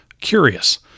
curious